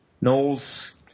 Knowles